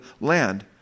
land